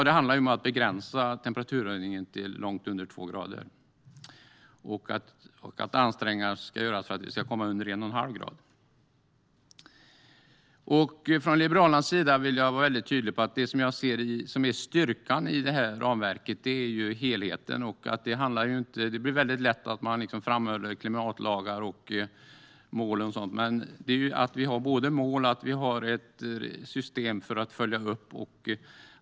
Det handlar om att begränsa temperaturhöjningen till långt under två grader och att ansträngningar ska göras för att vi ska komma under en och en halv grad. Från Liberalernas sida vill jag vara väldigt tydligt med att det som jag ser som styrkan i ramverket är helheten. Det blir väldigt lätt att man framhåller klimatlagar, mål och sådant. Vi har både mål och ett system för att följa upp.